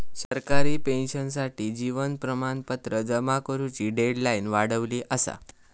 सरकारी पेंशनर्ससाठी जीवन प्रमाणपत्र जमा करुची डेडलाईन वाढवली असा